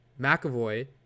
McAvoy